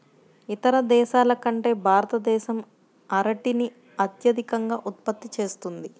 ఇతర దేశాల కంటే భారతదేశం అరటిని అత్యధికంగా ఉత్పత్తి చేస్తుంది